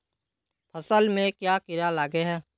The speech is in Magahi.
फसल में क्याँ कीड़ा लागे है?